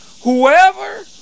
Whoever